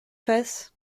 fasse